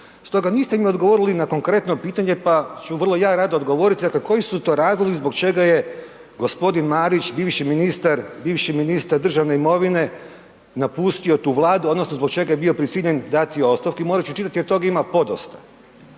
stoga niste mi odgovorili na konkretno pitanje pa ću ja vrlo rado odgovoriti, dakle koji si to razlozi zbog čega je g. Marić, bivši ministar državne imovine napustio tu Vladu odnosno zbog čega je bio prisiljen dati ostavku i morat ću čitati jer tog ima podosta.